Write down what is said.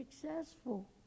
successful